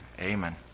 Amen